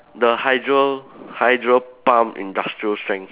the hydro hydro pump industrial strength